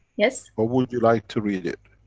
yes. or would you like to read it?